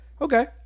okay